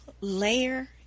layer